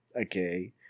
Okay